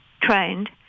trained